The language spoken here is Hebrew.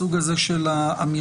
הסוג הזה של האמירות,